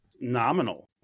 nominal